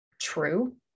true